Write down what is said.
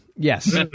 Yes